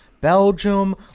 Belgium